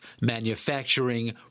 manufacturing